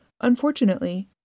Unfortunately